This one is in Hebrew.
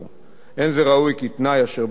אין זה ראוי כי תנאי אשר בית-הדין קבע